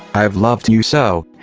i've loved you so.